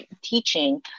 teaching